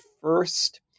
first